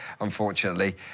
unfortunately